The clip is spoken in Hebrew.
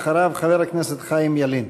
אחריו, חבר הכנסת חיים ילין.